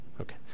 Okay